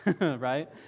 right